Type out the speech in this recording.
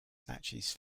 snatches